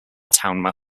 town